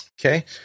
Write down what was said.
Okay